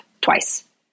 twice